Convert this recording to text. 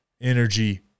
energy